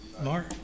Mark